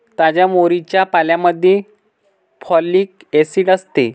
ताज्या मोहरीच्या पाल्यामध्ये फॉलिक ऍसिड असते